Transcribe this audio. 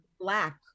Black